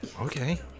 Okay